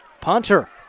punter